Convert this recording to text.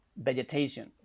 vegetation